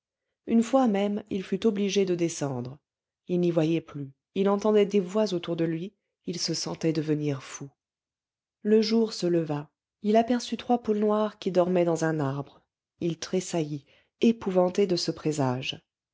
une fois même il fut obligé de descendre il n'y voyait plus il entendait des voix autour de lui il se sentait devenir fou le jour se leva il aperçut trois poules noires qui dormaient dans un arbre il tressaillit épouvanté de ce présage